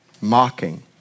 mocking